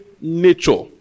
nature